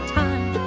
time